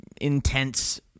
intense